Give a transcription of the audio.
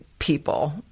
people